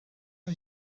are